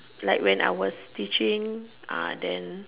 like when I was teaching uh then